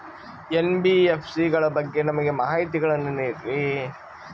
NBFC ಗಳ ಬಗ್ಗೆ ನಮಗೆ ಮಾಹಿತಿಗಳನ್ನ ನೀಡ್ರಿ?